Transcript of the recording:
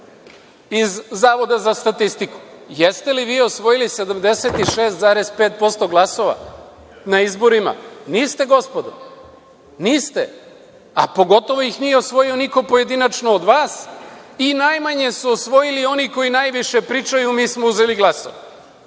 iz Zavoda za statistiku. Jeste li vi osvojili 76,5% glasova na izborima? Niste, gospodo, niste, a pogotovo ih nije osvojio niko pojedinačno od vas i najmanje su osvojili oni koji najviše pričaju – mi smo uzeli